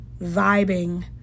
vibing